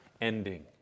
ending